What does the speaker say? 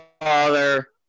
father